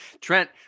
Trent